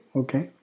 okay